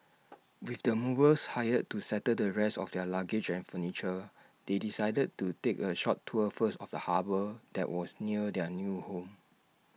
with the movers hired to settle the rest of their luggage and furniture they decided to take A short tour first of the harbour that was near their new home